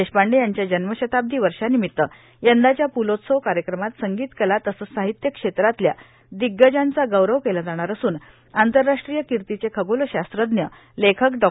देशपांडे यांच्या जन्मशताब्दी वर्षानिमित्त यंदाच्या पुलोत्सव कार्यक्रमात संगीत कला तसंच साहित्य क्षेत्रातल्या दिग्गजांचा गौरव केला जाणार असून आंतरराष्ट्रीय किर्तीचे खगोलशास्त्रज्ञ लेखक डॉ